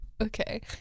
okay